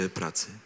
pracy